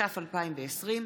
התש"ף 2020,